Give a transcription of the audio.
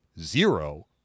zero